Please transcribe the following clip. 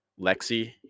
Lexi